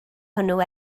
hwnnw